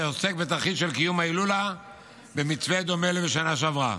אשר עוסק בתרחיש של קיום ההילולה במתווה דומה לשנה שעברה,